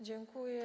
Dziękuję.